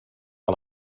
que